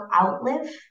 Outlive